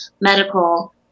medical